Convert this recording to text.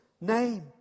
name